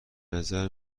نظر